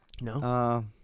No